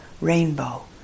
rainbow